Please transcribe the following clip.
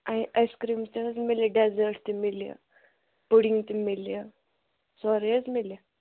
اَ ice cream تہِ حظ میلہِ ڈیزٲٹ تہِ میلہِ پُڈِنٛگ تہِ میلہِ سورُے حظ میلہِ